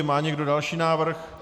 Má někdo další návrh?